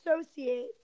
associate